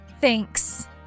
Thanks